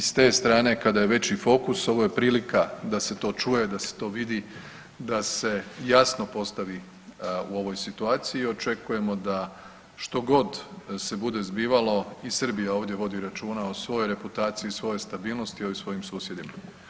I s te strane, kada je veći fokus, ovo je prilika da se to čuje, da se to vidi, da se jasno postavi u ovoj situaciji i očekujemo da što god se bude zbivalo i Srbija ovdje vodi računa o svojoj reputaciji i svojoj stabilnosti o svojim susjedima.